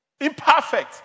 imperfect